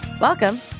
Welcome